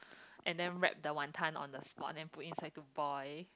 and then wrap the wanton on the spot and then put inside to boil